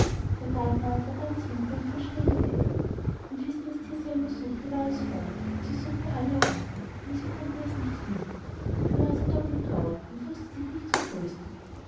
der garten aber war ganz winter und von schnee bedeckt und wie sie das thier selber suchte war es fort und sie suchte aller orten aber sie konnte es nicht finden da war sie doppelt traurig und wußte sich nicht zu trösten